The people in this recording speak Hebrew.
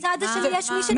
בצד השני יש מי שנפגע מזה.